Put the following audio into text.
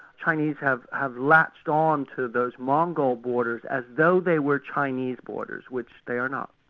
chinese have have latched on to those mongol borders as though they were chinese borders, which they are not.